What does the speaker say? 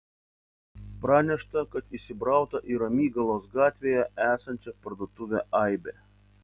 pranešta kad įsibrauta į ramygalos gatvėje esančią parduotuvę aibė